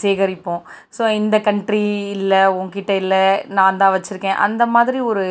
சேகரிப்போம் so இந்த country இல்லை உன்கிட்ட இல்லை நான் தான் வச்சுருக்கேன் அந்த மாதிரி ஒரு